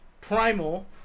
Primal